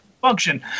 function